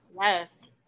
Yes